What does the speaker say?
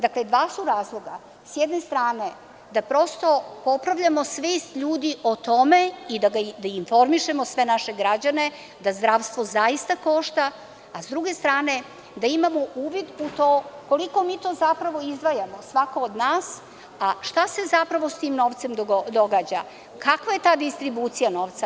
Dva su razloga, s jedne strane, da prosto popravljamo svest ljudi o tome i da informišemo sve naše građane da zdravstvo zaista košta, a sa druge strane da imamo uvid u to koliko mi to zapravo izdvajamo, svako od nas, a šta se zapravo sa tim novcem događa, kakva je ta distribucija novca.